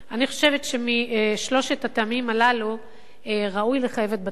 אני חושבת שמשלושת הטעמים הללו ראוי לחייב את בתי-הספר.